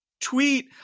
tweet